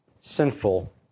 sinful